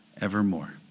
evermore